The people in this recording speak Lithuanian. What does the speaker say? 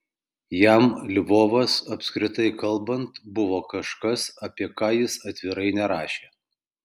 jam lvovas apskritai kalbant buvo kažkas apie ką jis atvirai nerašė